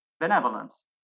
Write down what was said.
benevolence